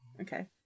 Okay